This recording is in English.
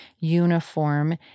uniform